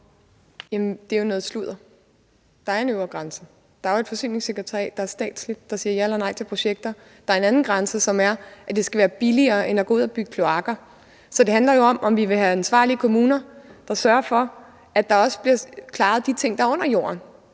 det er jo noget sludder. Der er en øvre grænse. Der er jo et forsyningssekretariat, der er statsligt, og som siger ja eller nej til projekter. Der er en anden grænse, som er, at det skal være billigere end at gå ud og bygge kloakker. Så det handler jo om, om vi vil have ansvarlige kommuner, der sørger for, at de ting, der er under jorden,